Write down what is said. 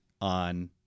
on